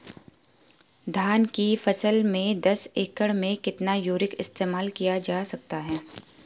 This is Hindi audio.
धान की फसल में दस एकड़ में कितना यूरिया इस्तेमाल किया जा सकता है?